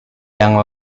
yang